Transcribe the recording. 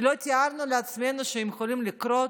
שלא תיארנו לעצמנו שיכולים לקרות,